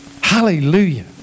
Hallelujah